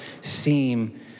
seem